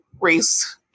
race